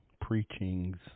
preachings